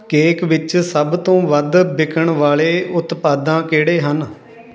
cake ਵਿੱਚ ਸੱਭ ਤੋਂ ਵੱਧ ਵਿਕਣ ਵਾਲੇ ਉਤਪਾਦਾਂ ਕਿਹੜੇ ਹਨ